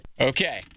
Okay